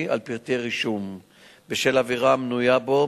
על פרטי רישום בשל עבירה המנויה בו,